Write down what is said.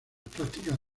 prácticas